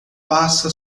passa